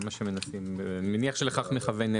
אני מניח שלכך חוה מכוונת.